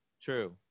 true